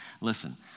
Listen